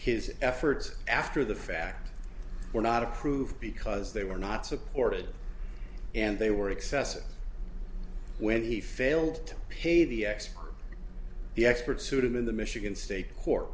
his efforts after the fact were not approved because they were not supported and they were excessive when he failed to pay the expert the expert sued him in the michigan state court